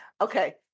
okay